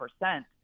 percent